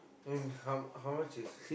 I mean how how much is